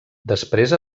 després